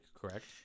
correct